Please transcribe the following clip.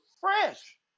fresh